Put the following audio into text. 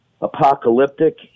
apocalyptic